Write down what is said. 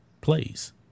plays